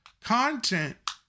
content